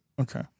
okay